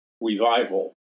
revival